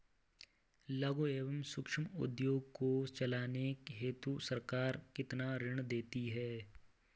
लघु एवं सूक्ष्म उद्योग को चलाने हेतु सरकार कितना ऋण देती है?